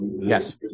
Yes